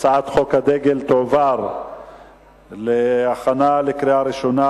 הצעת חוק הדגל, תועבר להכנה לקריאה ראשונה